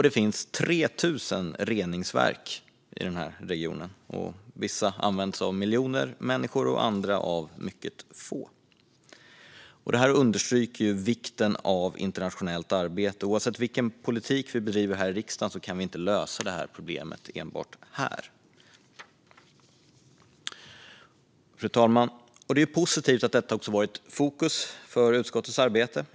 Det finns 3 000 reningsverk i denna region. Vissa används av miljoner människor och andra av mycket få. Detta understryker vikten av internationellt arbete. Oavsett vilken politik vi bedriver här i riksdagen kan vi inte lösa problemet enbart här. Fru talman! Det är positivt att detta också har varit i fokus för utskottets arbete.